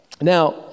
Now